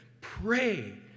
pray